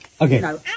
okay